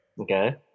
Okay